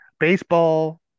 Baseball